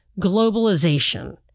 globalization